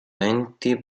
venti